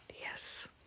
Yes